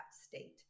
state